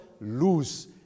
lose